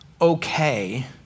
okay